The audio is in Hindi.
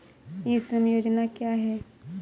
ई श्रम योजना क्या है?